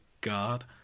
god